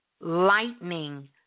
Lightning